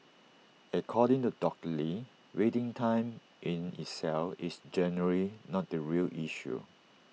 according to doctor lee waiting time in itself is generally not the real issue